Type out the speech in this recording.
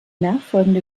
nachfolgende